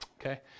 Okay